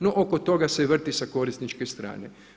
No, oko toga se vrti sa korisničke strane.